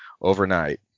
overnight